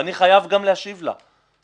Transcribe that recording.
ואני חייב גם להשיב לה,